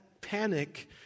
panic